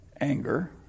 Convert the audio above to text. anger